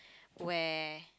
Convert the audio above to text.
where